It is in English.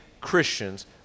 Christians